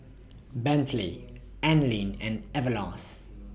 Bentley Anlene and Everlast